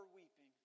weeping